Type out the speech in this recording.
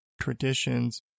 traditions